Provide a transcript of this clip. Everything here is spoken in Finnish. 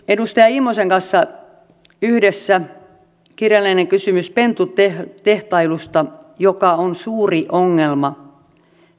edustaja immosen kanssa yhdessä kirjallisen kysymyksen pentutehtailusta joka on suuri ongelma